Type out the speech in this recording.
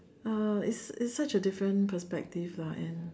uh it's it's such a different perspective lah and